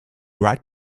right